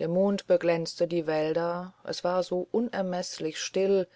der mond beglänzte die wälder es war so unermeßlich still